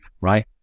right